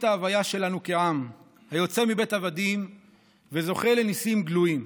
ההוויה שלנו כעם היוצא מבית עבדים וזוכה לניסים גלויים.